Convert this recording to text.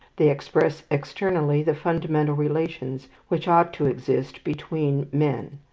they express externally the fundamental relations which ought to exist between men.